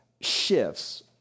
shifts